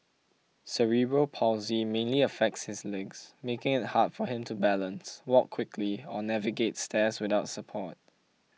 cerebral palsy mainly affects his legs making it hard for him to balance walk quickly or navigate stairs without support